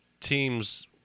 teams